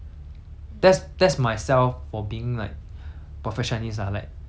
perfectionist ah like if I want it to be good then you gonna be good yourself